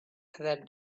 that